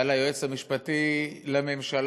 על היועץ המשפטי לממשלה,